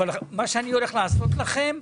אבל מה שאני הולך לעשות לכם,